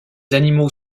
animaux